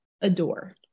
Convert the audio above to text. adore